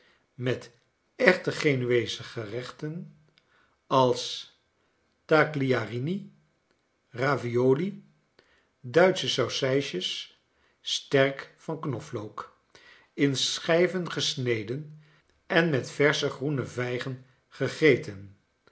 met echte genueesehe gerechten als tagliarini ravioli duitsohe saucijsjes sterk van het knoflook in schijven gesneden en met versche groene vijgen gegeten